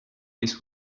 this